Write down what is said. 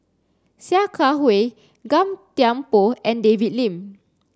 Sia Kah Hui Gan Thiam Poh and David Lim